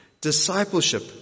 Discipleship